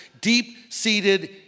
deep-seated